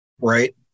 Right